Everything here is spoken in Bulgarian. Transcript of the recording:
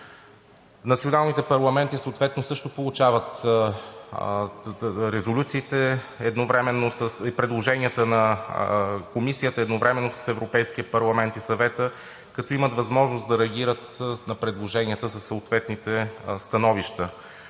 Националните парламенти съответно също получават резолюциите и предложенията на Комисията едновременно с Европейския парламент и Съвета, като имат възможност да реагират на предложенията със съответните становища.